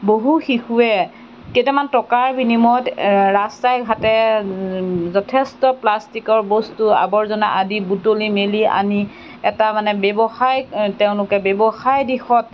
বহু শিশুৱে কেইটামান টকাৰ বিনিময়ত ৰাস্তাই ঘাটে যথেষ্ট প্লাষ্টিকৰ বস্তু আৱৰ্জনা আদি বোটলি মেলি আনি এটা মানে ব্যৱসায়িক তেওঁলোকে ব্যৱসায় দিশত